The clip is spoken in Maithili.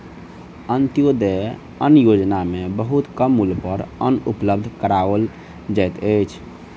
अन्त्योदय अन्न योजना में बहुत कम मूल्य पर अन्न उपलब्ध कराओल जाइत अछि